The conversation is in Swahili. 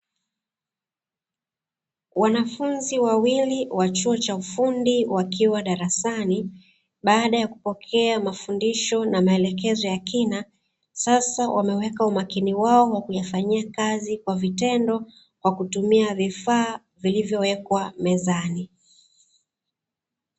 Wanafunzi wawili wa chuo cha ufundi wakiwa darasani baada ya kupokea mafundisho na maelekezo ya kina, sasa wameweka umakini wao wa kwa kuyafanyia kazi kwa vitendo kwa kutumia vifaa vilivyowekwa mezani.